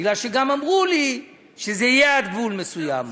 כי אמרו לי שזה יהיה עד גבול מסוים.